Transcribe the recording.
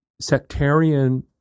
sectarian